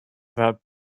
that